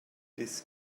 this